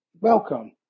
welcome